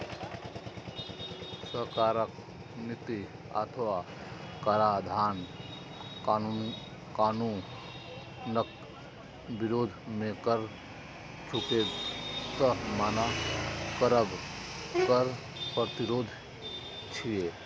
सरकारक नीति अथवा कराधान कानूनक विरोध मे कर चुकाबै सं मना करब कर प्रतिरोध छियै